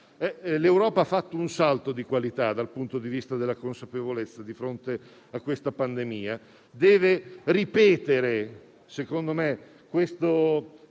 L'Europa ha fatto un salto di qualità dal punto di vista della consapevolezza di fronte a questa pandemia. Deve ripetere, secondo me, questo